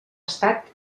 estat